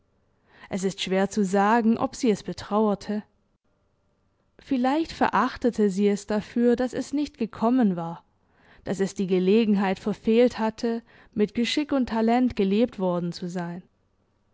es ist schwer zu sagen ob sie es betrauerte vielleicht verachtete sie es dafür daß es nicht gekommen war daß es die gelegenheit verfehlt hatte mit geschick und talent gelebt worden zu sein